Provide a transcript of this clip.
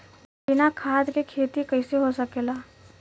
बिना खाद के खेती कइसे हो सकेला?